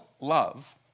love